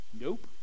Nope